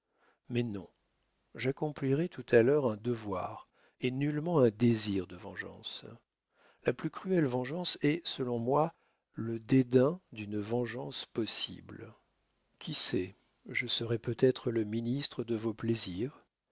mais non j'accomplirai tout à l'heure un devoir et nullement un désir de vengeance la plus cruelle vengeance est selon moi le dédain d'une vengeance possible qui sait je serai peut-être le ministre de vos plaisirs